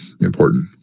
important